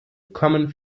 kommen